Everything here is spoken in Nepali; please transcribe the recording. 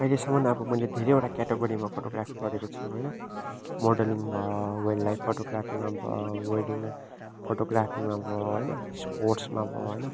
अहिलेसम्म अब मैले धेरैवटा क्याटागोरीमा फोटोग्राफी गरेको छु होइन मोडलिङ भयो वाइल्डलाइफ फोटोग्राफीमा भयो वेडिङ फोटोग्राफीमा भयो होइन स्पोट्समा भयो होइन